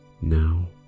now